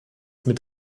mit